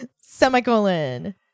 semicolon